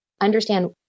Understand